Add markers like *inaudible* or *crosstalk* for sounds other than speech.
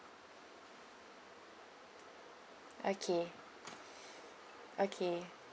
okay *breath* okay